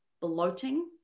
bloating